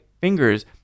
fingers